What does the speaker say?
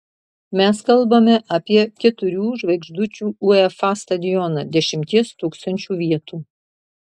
mes kalbame apie keturių žvaigždučių uefa stadioną dešimties tūkstančių vietų